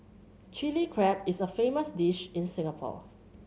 Chilli Crab is a famous dish in Singapore